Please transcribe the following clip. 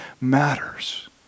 matters